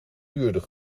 duurder